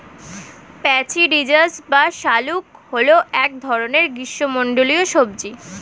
প্যাচিরিজাস বা শাঁকালু হল এক ধরনের গ্রীষ্মমণ্ডলীয় সবজি